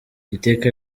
iteka